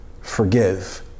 forgive